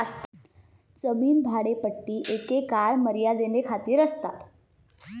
जमीन भाडेपट्टी एका काळ मर्यादे खातीर आसतात